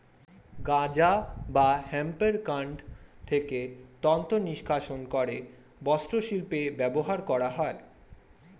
গাঁজা বা হেম্পের কান্ড থেকে তন্তু নিষ্কাশণ করে বস্ত্রশিল্পে ব্যবহার করা হয়